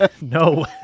No